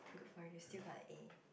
but you still got a A